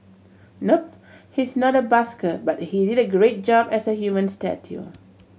nope he's not a busker but he did a great job as a human statue